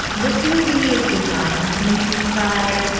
this movie is designed to make you cry.